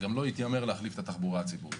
גם לא התיימר להחליף את התחבורה הציבורית.